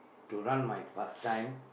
to run my part-time